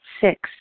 Six